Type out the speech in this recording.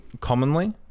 commonly